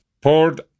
poured